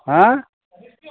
अँइ